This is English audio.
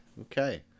Okay